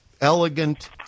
elegant